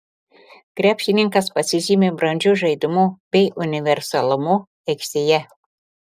krepšininkas pasižymi brandžiu žaidimu bei universalumu aikštėje